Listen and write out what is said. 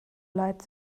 light